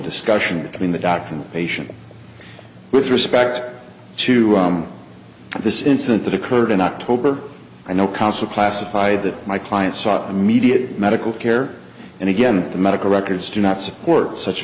discussion between the doctor and patient with respect to this incident that occurred in october i know council classified that my client sought immediate medical care and again the medical records do not support such